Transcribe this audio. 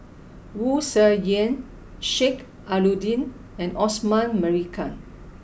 Wu Tsai Yen Sheik Alau'ddin and Osman Merican